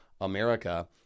America